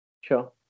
Sure